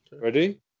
Ready